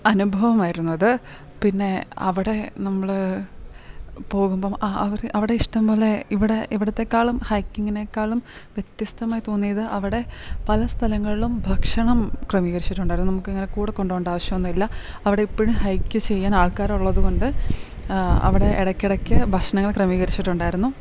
അനുഭവമായിരുന്നു അത് പിന്നെ അവിടെ നമ്മൾ പോകുമ്പം അവർ അവിടെ ഇഷ്ടം പോലെ ഇവിടെ ഇവിടത്തേക്കാളും ഹൈക്കിങ്ങിനേക്കാളും വ്യത്യസ്തമായി തോന്നിയത് അവിടെ പല സ്ഥലങ്ങളിലും ഭക്ഷണം ക്രമീകരിച്ചിട്ടുണ്ടായിരുന്നു നമുക്ക് ഇങ്ങനെ കൂടെ കൊണ്ടോണ്ടാവശ്യൊന്നു ഇല്ല അവിടെ എപ്പോഴും ഹൈക്ക് ചെയ്യാൻ ആൾക്കാർ ഉള്ളത് കൊണ്ട് അവിടെ ഇടക്കിടക്ക് ഭക്ഷണങ്ങൾ ക്രമീകരിച്ചിട്ട് ഉണ്ടായിരുന്നു